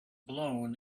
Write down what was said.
blown